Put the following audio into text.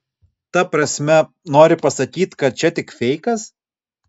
ta prasme nori pasakyt kad čia tik feikas